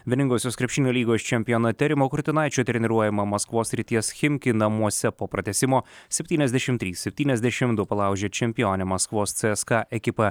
vieningosios krepšinio lygos čempionate rimo kurtinaičio treniruojama maskvos srities chimki namuose po pratęsimo septyniasdešim trys septyniasdešim du palaužė čempionę maskvos cė es ka ekipą